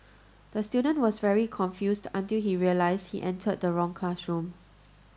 the student was very confused until he realised he entered the wrong classroom